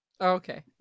Okay